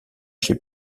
chez